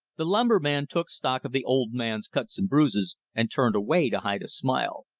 the lumberman took stock of the old man's cuts and bruises, and turned away to hide a smile.